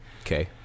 Okay